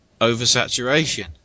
oversaturation